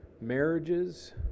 marriages